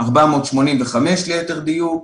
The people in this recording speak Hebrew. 485 מיליונים, ליתר דיוק,